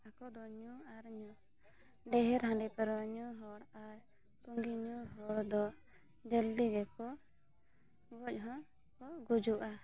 ᱟᱠᱚᱫᱚ ᱧᱩ ᱟᱨ ᱧᱩ ᱰᱷᱮᱨ ᱦᱟᱺᱰᱤ ᱯᱟᱹᱣᱨᱟᱹ ᱧᱩ ᱦᱚᱲ ᱟᱨ ᱯᱩᱸᱜᱤ ᱧᱩ ᱦᱚᱲ ᱫᱚ ᱡᱚᱞᱫᱤ ᱜᱮᱠᱚ ᱜᱚᱡ ᱦᱚᱸᱠᱚ ᱜᱩᱡᱩᱜᱼᱟ